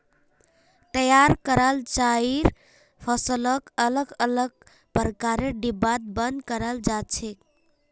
तैयार कराल चाइर फसलक अलग अलग प्रकारेर डिब्बात बंद कराल जा छेक